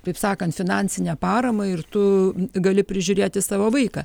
taip sakant finansinę paramą ir tu gali prižiūrėti savo vaiką